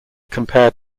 compared